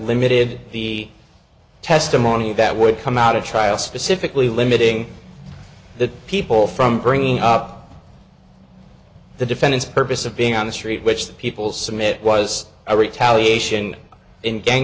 limited the testimony that would come out of trial specifically limiting the people from bringing up the defendant's purpose of being on the street which the people submit was a retaliation in gang